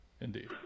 Indeed